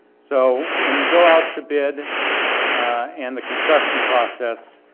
so when we go out to bid and the construction process.